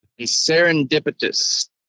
Serendipitous